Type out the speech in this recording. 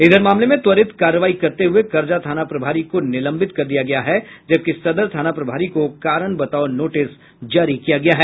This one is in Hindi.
इधर मामले में त्वरित कार्रवाई करते हुये कर्जा थाना प्रभारी को निलंबित कर दिया गया है जबकि सदर थाना प्रभारी को कारण बताओ नोटिस जारी किया गया है